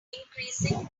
increasing